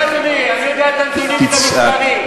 כן, אדוני, אני יודע את הנתונים ואת המספרים.